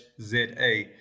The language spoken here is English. ZA